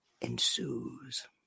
ensues